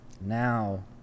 now